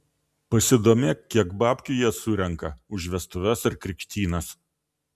pasidomėk kiek babkių jie surenka už vestuves ar krikštynas